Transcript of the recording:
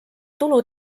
tulu